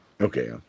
Okay